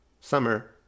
summer